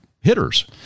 hitters